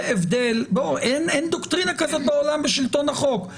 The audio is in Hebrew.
אין דוקטרינה כזאת בעולם בשלטון החוק.